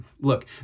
look